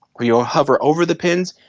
while you ah hover over the pins,